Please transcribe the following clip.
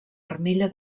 armilla